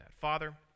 Father